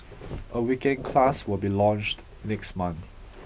a weekend class will be launched next month